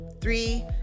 Three